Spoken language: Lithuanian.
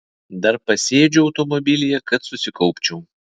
dar pasėdžiu automobilyje kad susikaupčiau